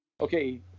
okay